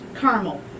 caramel